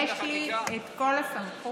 יש לי את כל הסמכות